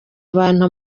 abantu